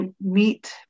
meet